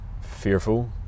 fearful